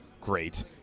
great